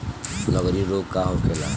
लगड़ी रोग का होखेला?